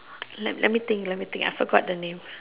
let let me think let me think I forgot the name